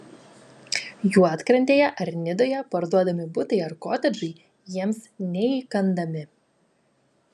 juodkrantėje ar nidoje parduodami butai ar kotedžai jiems neįkandami